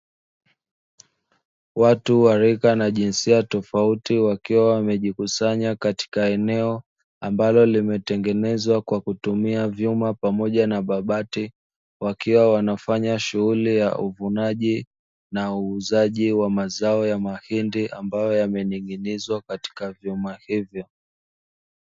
Watu wa rika na jinsia tofauti wakiwa wamejikusanya katika eneo lililotengenezwa kwa kutumia vyuma pamoja na mabati, wakiwa wanafanya shughuli ya uvunaji na uuzaji wa mazao ya mahindi ambayo yamening'ing'izwa katika vyuma hivyo.